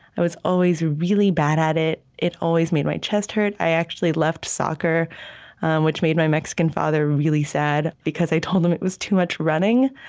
i was always really bad at it. it always made my chest hurt. i actually left soccer which made my mexican father really sad because, i told him, it was too much running,